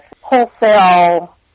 wholesale